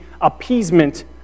appeasement